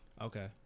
Okay